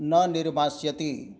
न निर्मास्यति